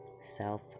self